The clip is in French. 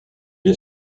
est